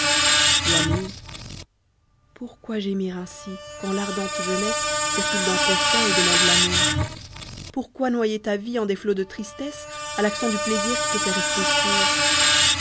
la muse pourquoi gémir ainsi quand l'ardente jeunesse circule dans ton sang et demande l'amour pourquoi noyer ta vie en des flots de tristesse a l'accent du plaisir qui te fait rester sourd